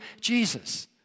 Jesus